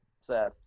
Seth